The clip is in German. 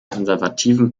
konservativen